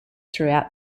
throughout